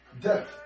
Death